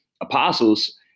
apostles